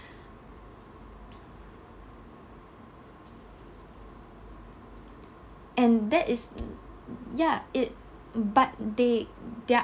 and that is t~ ya it but they their